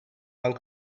one